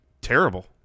terrible